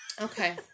Okay